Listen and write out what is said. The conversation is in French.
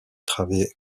travées